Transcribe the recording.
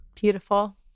Beautiful